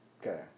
Okay